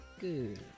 good